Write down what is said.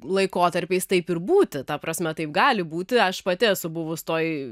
laikotarpiais taip ir būti ta prasme taip gali būti aš pati esu buvus toj